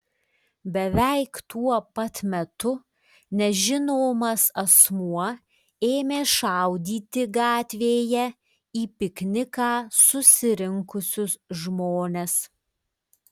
beveik tuo pat metu nežinomas asmuo ėmė šaudyti gatvėje į pikniką susirinkusius žmones